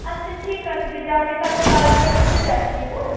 আচ্ছা ঠিক আছে দিদি আমি তাহলে কালকের মধ্যে যাচ্ছি হ্যাঁ